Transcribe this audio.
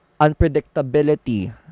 unpredictability